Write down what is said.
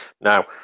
now